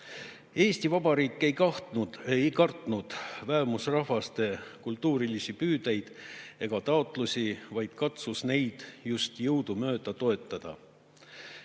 Eesti Vabariik ei kartnud vähemusrahvaste kultuurilisi püüdeid ega taotlusi, vaid katsus neid just jõudumööda toetada.